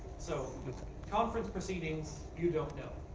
so conference proceedings, you don't know.